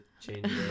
change